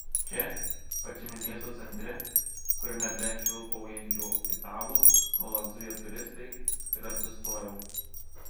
čia pačiame miesto centre kuriame be švilpaujančių italų nuolat zuja turistai ir apsistojau